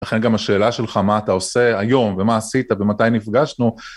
לכן גם השאלה שלך, מה אתה עושה היום, ומה עשית, ומתי נפגשנו,